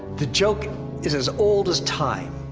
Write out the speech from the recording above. the joke is as old as time.